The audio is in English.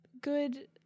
good